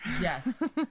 Yes